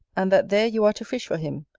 and that there you are to fish for him,